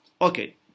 Okay